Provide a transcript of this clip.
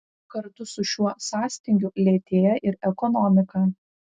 kartu su šiuo sąstingiu lėtėja ir ekonomika